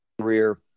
career